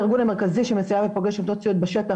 בתור ארגון המרכזי שמציעה ופוגש עובדות בשטח,